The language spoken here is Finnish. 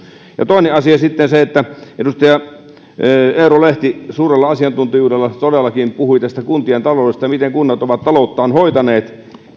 ja toinen asia edustaja eero lehti suurella asiantuntijuudella todellakin puhui kuntien taloudesta ja siitä miten kunnat ovat talouttaan hoitaneet